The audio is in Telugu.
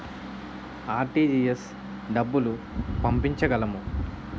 ఆర్.టీ.జి.ఎస్ డబ్బులు పంపించగలము?